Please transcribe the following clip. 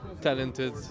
talented